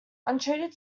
untreated